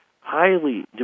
highly